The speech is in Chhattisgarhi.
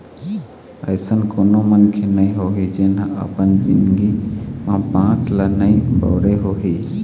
अइसन कोनो मनखे नइ होही जेन ह अपन जिनगी म बांस ल नइ बउरे होही